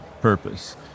purpose